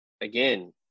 again